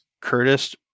Curtis